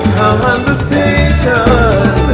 Conversation